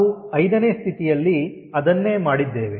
ನಾವು 5ನೇ ಸ್ಥಿತಿಯಲ್ಲಿ ಅದನ್ನೇ ಮಾಡಿದ್ದೇವೆ